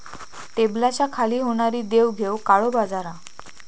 टेबलाच्या खाली होणारी देवघेव काळो बाजार हा